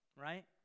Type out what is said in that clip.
right